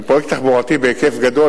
בפרויקט תחבורתי בהיקף גדול,